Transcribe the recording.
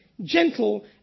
gentle